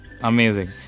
Amazing